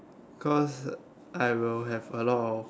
cause I will have a lot of